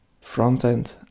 front-end